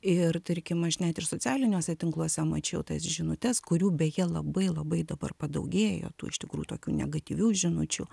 ir tarkim aš net ir socialiniuose tinkluose mačiau tas žinutes kurių beje labai labai dabar padaugėjo tų iš tikrųjų tokių negatyvių žinučių